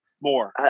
more